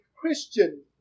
Christian